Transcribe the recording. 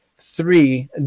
three